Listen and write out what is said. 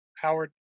Howard